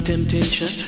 Temptation